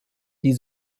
die